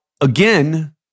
again